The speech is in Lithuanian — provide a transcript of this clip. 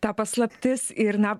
ta paslaptis ir na